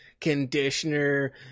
conditioner